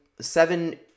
seven